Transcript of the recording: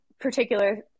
particular